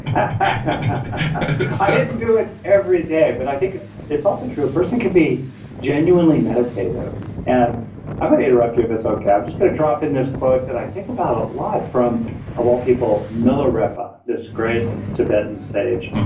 i didn't do it every day, but i think it's also true. a person could be genuinely meditative and i'm going to interrupt you if it's okay. i'm just going to drop in this quote that i think about a lot from of all people milarepa, this great tibetan sage,